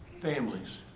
Families